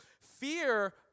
Fear